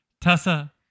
Tessa